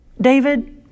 David